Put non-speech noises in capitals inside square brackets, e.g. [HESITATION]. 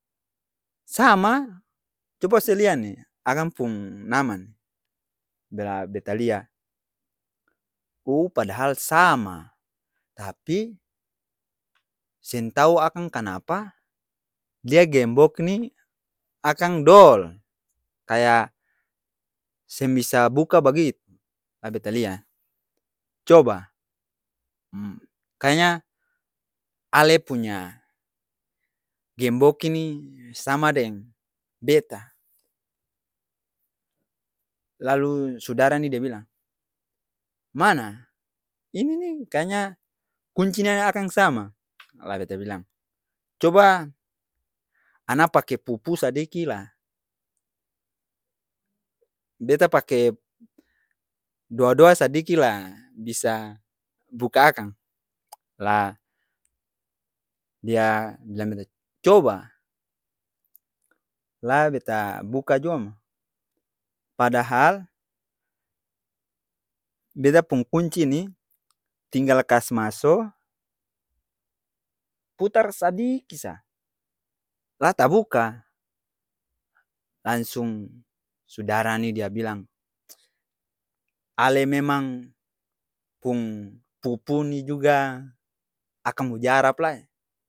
Saama coba se lia ni akang pung nama ni la beta lia ou padahal saama tapi, seng tau akang kanapa dia gembok ni akang dol kayaa seng bisa buka bagitu, la beta lia cob [HESITATION] ka'y nya, ale punya gembok ini sama deng beta, lalu sudara ni de bilang, mana? Ini ni ka'y nya kunci ni akang sama [NOISE] la beta bilang coba ana pake pu-pu sadiki la beta pake doa-doa sadiki la bisa buka akang la dia bilang bet coba la beta buka jua mo padahal beta pung kunci ni tinggal kas maso putar sadiiiki sa la tabuka, langsung sudara ni dia bilang [NOISE] lle memang pung pu-pu ni juga akang mujarab lae.